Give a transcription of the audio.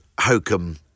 hokum